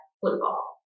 football